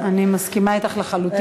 בהחלט, אני מסכימה אתך לחלוטין.